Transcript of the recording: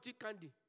candy